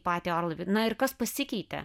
patį orlaivį na ir kas pasikeitė